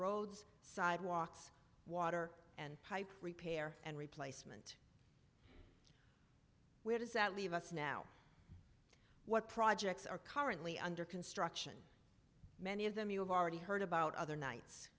roads sidewalks water and pipe repair and replacement where does that leave us now what projects are currently under construction many of them you have already heard about other nights